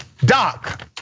Doc